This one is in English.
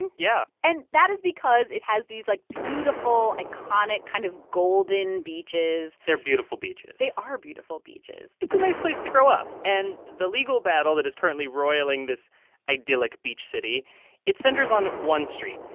and yeah and that is because it has these, like, beautiful, iconic, kind of golden beaches they're beautiful beaches they are beautiful beaches it's a nice place to grow up. and the legal battle that is currently roiling this idyllic beach city it centers on one street,